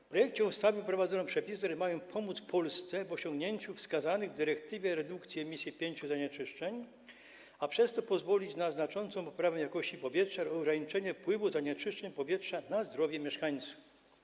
W projekcie ustawy wprowadzono przepisy, które mają pomóc Polsce w osiągnięciu wskazanych w dyrektywie redukcji emisji pięciu zanieczyszczeń, a przez to pozwolić na znaczącą poprawę jakości powietrza i ograniczenie wpływu zanieczyszczeń powietrza na zdrowie mieszkańców.